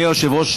התשע"ח 2018,